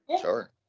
Sure